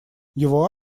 его